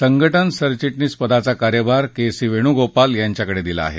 संघटन सरचिटणीस पदाचा कार्यभार के सी वेणूगोपाल यांच्याकडे दिला आहे